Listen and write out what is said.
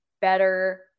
better